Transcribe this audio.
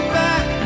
back